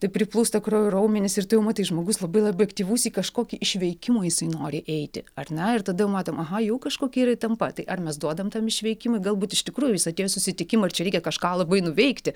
taip priplūsta kraujo į raumenis ir tu jau matai žmogus labai labai aktyvus į kažkokį išveikimą jisai nori eiti ar ne ir tada jau matom aha jau kažkokia yra įtampa tai ar mes duodam tam išveikimui galbūt iš tikrųjų jis atėjo į susitikimą ir čia reikia kažką labai nuveikti